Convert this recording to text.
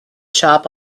shop